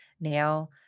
now